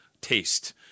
taste